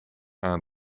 aan